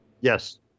Yes